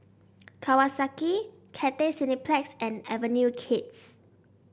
Kawasaki Cathay Cineplex and Avenue Kids